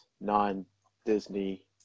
non-Disney